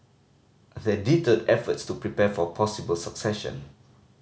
that deterred efforts to prepare for possible succession